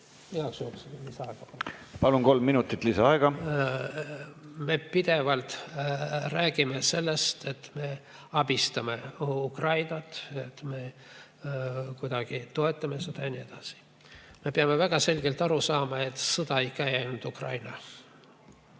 Palun, kolm minutit lisaaega. Me pidevalt räägime sellest, et me abistame Ukrainat, me kuidagi toetame teda ja nii edasi. Me peame väga selgelt aru saama, et sõda ei käi ainult Ukrainas.